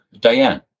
Diane